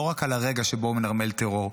לא רק על הרגע שבו הוא מנרמל טרור.